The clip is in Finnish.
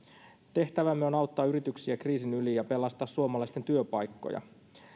tehtävämme on auttaa yrityksiä kriisin yli ja pelastaa suomalaisten työpaikkoja